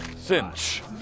cinch